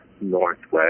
Northwest